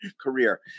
career